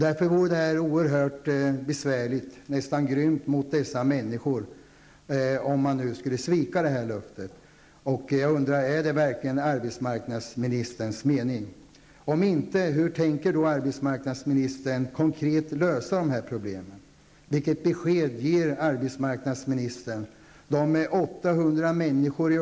Därför vore det oerhört besvärligt, nästan grymt, om regeringen nu skulle svika det löftet. Jag undrar: Är det verkligen arbetsmarknadsministerns mening att göra det?